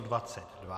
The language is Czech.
22.